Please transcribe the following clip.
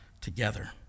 together